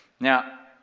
now,